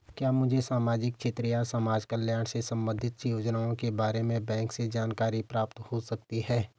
क्या मुझे सामाजिक क्षेत्र या समाजकल्याण से संबंधित योजनाओं के बारे में बैंक से जानकारी प्राप्त हो सकती है?